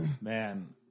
man